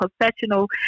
professional